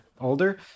older